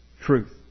Truth